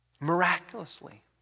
miraculously